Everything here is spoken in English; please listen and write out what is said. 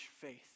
faith